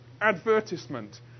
advertisement